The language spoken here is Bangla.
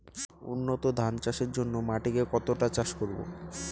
উন্নত ধান চাষের জন্য মাটিকে কতটা চাষ করব?